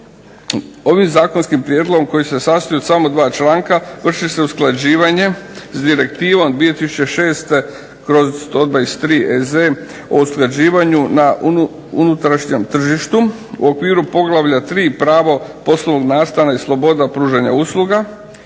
ovim zakonskim prijedlogom koji se sastoji od samo dva članka vrši se usklađivanje s Direktivom 2006/123/EZ o usklađivanju na unutrašnjem tržištu u okviru Poglavlja 3. - Pravo poslovnog nastana i sloboda pružanja usluga.